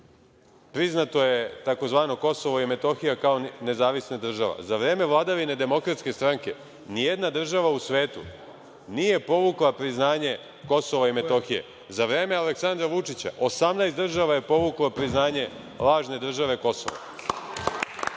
priznato je tzv. Kosovo i Metohija kao nezavisna država. Za vreme vladavine DS, nijedna država u svetu nije povukla priznanje Kosova i Metohije. Za vreme Aleksandra Vučića 18 država je povuklo priznanje lažne države Kosovo. Što